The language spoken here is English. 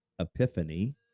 Epiphany